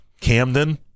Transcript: Camden